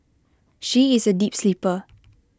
she is A deep sleeper